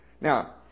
Now